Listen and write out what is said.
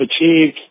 achieved